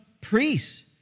priests